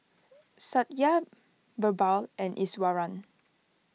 Satya Birbal and Iswaran